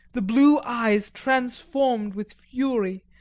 the blue eyes transformed with fury,